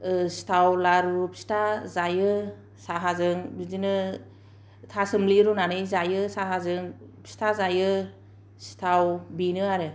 सिथाव लारु फिथा जायो साहाजों बिदिनो थासोम्लि रुनानै जायो साहाजों फिथा जायो सिथाव बेनो आरो